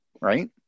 right